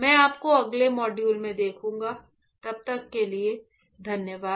मैं आपको अगले मॉड्यूल में देखूंगा धन्यवाद